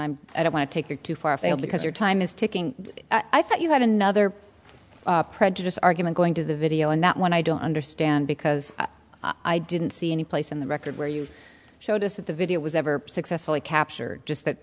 i'm i don't want to take it too far fail because your time is ticking i thought you had another prejudiced argument going to the video and that one i don't understand because i didn't see any place in the record where you showed us that the video was ever successfully captured just that